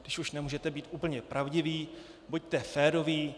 Když už nemůžete být úplně pravdiví, buďte féroví.